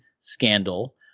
scandal